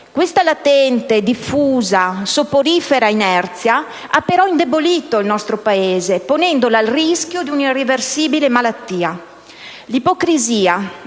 Questa latente, diffusa, soporifera inerzia ha indebolito il nostro Paese, ponendolo al rischio di una irreversibile malattia. L'ipocrisia